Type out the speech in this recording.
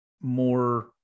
more